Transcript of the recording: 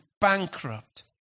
bankrupt